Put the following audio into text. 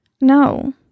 No